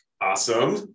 Awesome